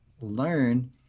learn